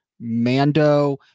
mando